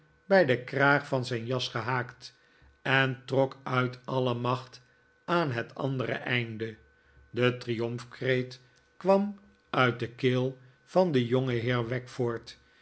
bij den kraag van zijn jas gehaakt en trok uit alle macht aan het andere einde de triomfkreet kwam uit de keel van jongeheer wackford